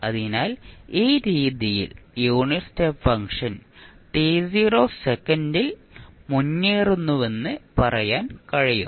അതിനാൽ ഈ രീതിയിൽ യൂണിറ്റ് സ്റ്റെപ്പ് ഫംഗ്ഷൻ t0 സെക്കൻഡിൽ മുന്നേറുന്നുവെന്ന് പറയാൻ കഴിയും